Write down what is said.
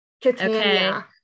Catania